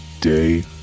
day